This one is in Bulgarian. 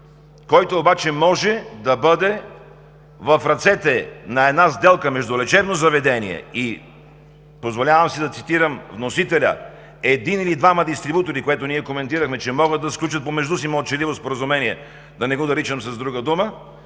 който обаче може да бъде в ръцете на една сделка между лечебно заведение и, позволявам си да цитирам вносителя – един или двама дистрибутори, което ние коментирахме, че могат да сключат помежду си мълчаливо споразумение, да не го наричам с друга дума,